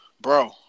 bro